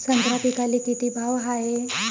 संत्रा पिकाले किती भाव हाये?